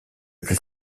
plus